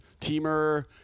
Teamer